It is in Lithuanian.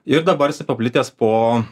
ir dabar jisai paplitęs po